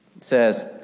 says